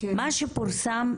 מה שפורסם,